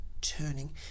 turning